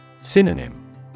Synonym